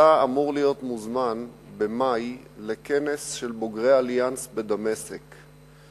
אתה אמור להיות מוזמן לכנס של בוגרי "אליאנס" בדמשק במאי.